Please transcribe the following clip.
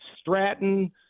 Stratton